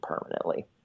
permanently